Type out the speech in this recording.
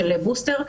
של הבוסטר,